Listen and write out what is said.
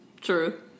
True